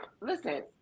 listen